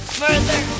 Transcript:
further